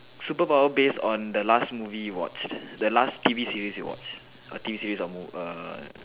superpower based on the last movie you watch the last T_V series you watch a T_V series or mo~ err